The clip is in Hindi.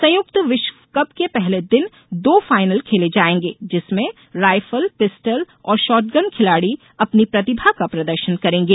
संयुक्त विश्वकप के पहले दिन दो फाइनल खेले जाएंगे जिसमें राइफल पिस्टल और शॉटगन खिलाड़ी अपनी प्रतिभा का प्रदर्शन करेंगे